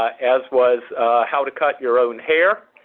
as was how to cut your own hair,